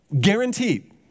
Guaranteed